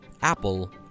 Apple